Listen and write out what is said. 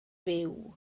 byw